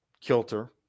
kilter